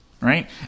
right